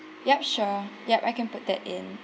yup sure yup I can put that in